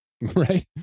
right